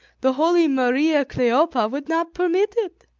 the holy maria kleopha would not permit it,